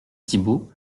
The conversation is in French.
thibault